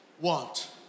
want